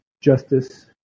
justice